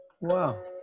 Wow